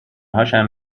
هاشم